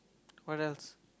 what else